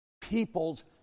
people's